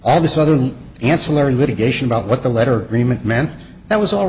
all this other than ancillary litigation about what the letter remit meant that was all